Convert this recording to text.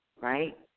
right